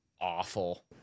Awful